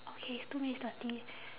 okay it's two minutes thirty